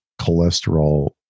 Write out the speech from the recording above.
cholesterol